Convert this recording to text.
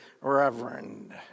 reverend